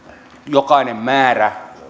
jokainen määrä